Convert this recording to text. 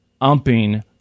umping